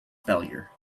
failure